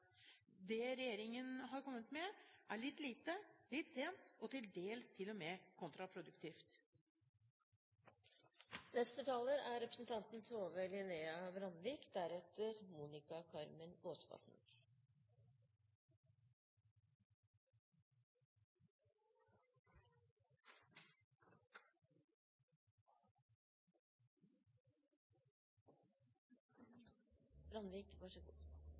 Det regjeringen har kommet med, er litt lite, litt sent og til dels til og med kontraproduktivt.